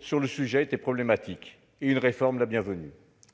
sur le sujet étant problématique, une réforme était bienvenue.